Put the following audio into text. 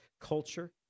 culture